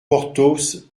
porthos